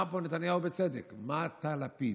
אמר פה נתניהו בצדק: מה אתה, לפיד,